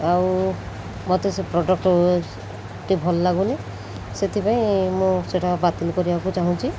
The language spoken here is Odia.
ଆଉ ମୋତେ ସେ ପ୍ରଡ଼କ୍ଟଟି ଭଲ ଲାଗୁନି ସେଥିପାଇଁ ମୁଁ ସେଇଟା ବାତିଲ କରିବାକୁ ଚାହୁଁଛି